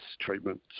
treatment